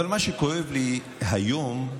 אבל מה שכואב לי היום הוא